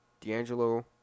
D'Angelo